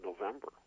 November